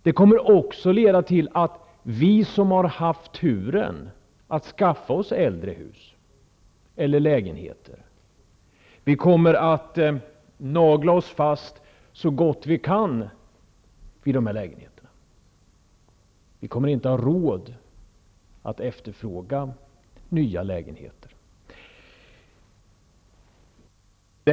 Det kommer också att leda till att vi som har haft turen att skaffa oss äldre hus eller lägenheter kommer att nagla oss fast så gott vi kan i de här lägenheterna. Vi kommer inte att ha råd att efterfråga nya lägenheter.